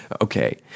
Okay